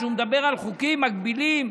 שהוא מדבר על חוקים מגבילים,